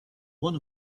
one